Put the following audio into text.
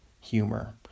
humor